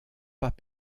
pas